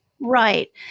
Right